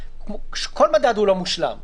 כל מדד הוא לא מושלם.